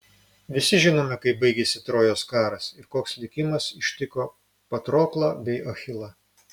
visi žinome kaip baigėsi trojos karas ir koks likimas ištiko patroklą bei achilą